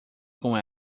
com